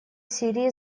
сирии